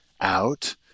out